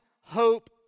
hope